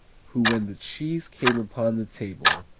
who when the cheese came upon the table,